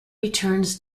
returns